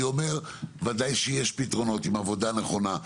בוודאי שיש פתרונות עם עבודה נכונה,